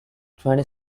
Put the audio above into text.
twenty